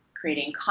creating